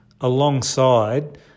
alongside